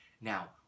Now